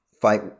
fight